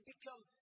become